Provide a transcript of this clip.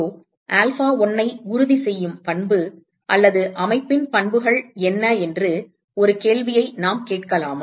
இப்போது epsilon one alpha one ஐ உறுதி செய்யும் பண்பு அல்லது அமைப்பின் பண்புகள் என்ன என்று ஒரு கேள்வியை நாம் கேட்கலாமா